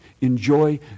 enjoy